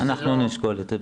אנחנו נשקול את זה.